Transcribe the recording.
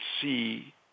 see